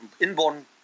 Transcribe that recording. inborn